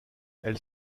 elle